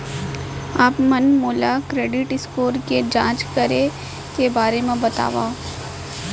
आप मन मोला क्रेडिट स्कोर के जाँच करे के बारे म बतावव?